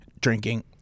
drinking